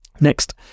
Next